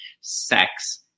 sex